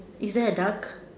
is there a duck